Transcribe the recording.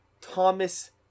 Thomas